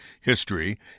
history